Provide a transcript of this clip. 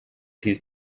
viel